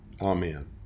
Amen